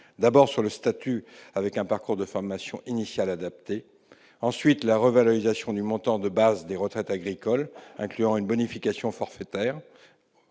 d'abord, au statut, avec un parcours de formation initiale adapté. Je pense, ensuite, à la revalorisation du montant de base des retraites agricoles, incluant une bonification forfaitaire